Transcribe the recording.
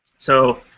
so,